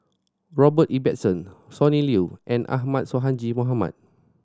Robert Ibbetson Sonny Liew and Ahmad Sonhadji Mohamad